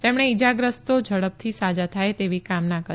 તેમણે ઇજાગ્રસ્તો જડપી સાજા થાય તેવી કામના કરી